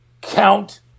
count